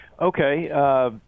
Okay